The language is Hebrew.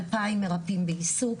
אלפיים מרפאים בעיסוק,